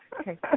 Okay